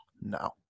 No